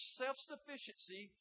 self-sufficiency